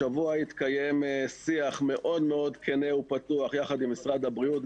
השבוע התקיים שיח מאוד מאוד כן ופתוח יחד עם משרד הבריאות,